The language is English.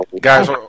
Guys